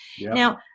Now